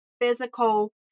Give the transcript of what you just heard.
physical